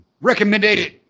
recommended